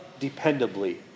dependably